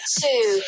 two